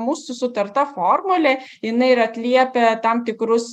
mūsų sutarta formulė jinai ir atliepia tam tikrus